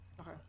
Okay